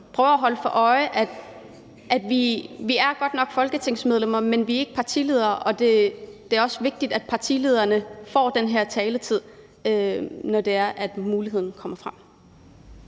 prøver at holde os for øje, at vi godt nok er folketingsmedlemmer, men vi er ikke partiledere, og det er også vigtigt, at partilederne får den her taletid, når det er, at muligheden er der.